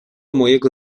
mojego